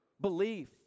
Belief